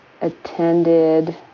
attended